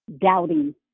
doubting